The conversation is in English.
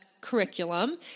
curriculum